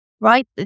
Right